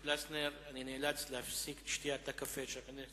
אני באמת רוצה לשתף אותך במשהו שחוויתי